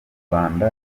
rwanda